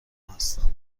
هستم